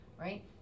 right